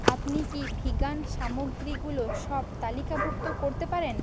আপনি কি ভিগান সামগ্রীগুলো সব তালিকাভুক্ত করতে পারেন